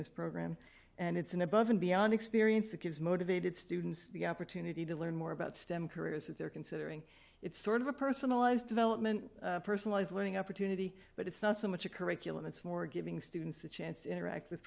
this program and it's an above and beyond experience that gives motivated students the opportunity to learn more about stem careers if they're considering it's sort of a personalized development personalized learning opportunity but it's not so much a curriculum it's more giving students a chance to interact with